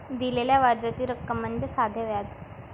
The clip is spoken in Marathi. दिलेल्या व्याजाची रक्कम म्हणजे साधे व्याज